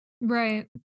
right